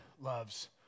loves